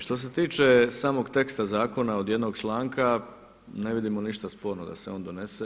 Što se tiče samog teksta zakona od jednog članka ne vidimo ništa sporno da se on donese.